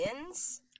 wins